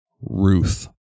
Ruth